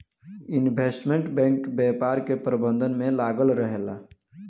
investment bank व्यापार के प्रबंधन में लागल रहेला